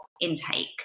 intake